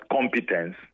competence